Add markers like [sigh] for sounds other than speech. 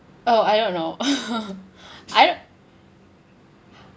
oh I don't know [laughs] I